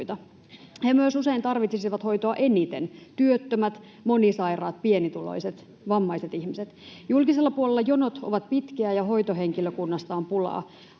He myös usein tarvitsisivat hoitoa eniten: työttömät, monisairaat, pienituloiset, vammaiset ihmiset. Julkisella puolella jonot ovat pitkiä ja hoitohenkilökunnasta on pulaa.